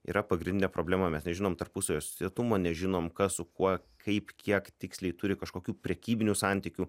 yra pagrindinė problema mes nežinom tarpusavio susietumo nežinom kas su kuo kaip kiek tiksliai turi kažkokių prekybinių santykių